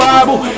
Bible